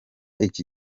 iki